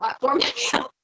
platform